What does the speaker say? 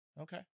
okay